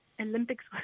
Olympics